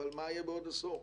אבל מה יהיה בעוד עשור?